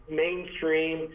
mainstream